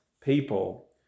people